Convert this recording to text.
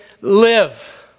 live